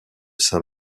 saint